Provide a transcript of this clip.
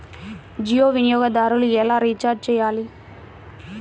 జియో వినియోగదారులు ఎలా రీఛార్జ్ చేయాలి?